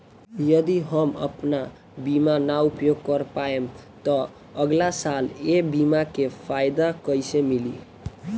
यदि हम आपन बीमा ना उपयोग कर पाएम त अगलासाल ए बीमा के फाइदा कइसे मिली?